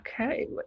Okay